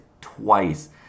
Twice